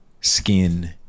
Skin